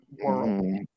world